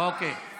אוקיי.